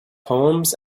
poems